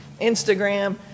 Instagram